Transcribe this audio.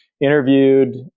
interviewed